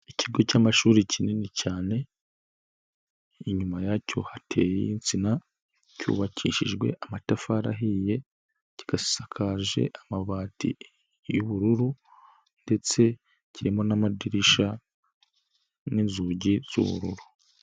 Ikigo cy'amashuri kinini cyane, inyuma yacyo hateye insina, cyubakishijwe amatafari ahiye kigasakaje amabati y'ubururu ndetse kirimo n'amadirisha n'inzugi z'ubururu.